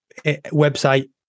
website